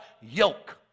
yoke